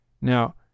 Now